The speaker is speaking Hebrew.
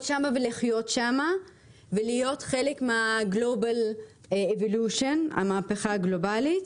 שם ולחיות שם ולהיות חלק מהמהפכה הגלובלית.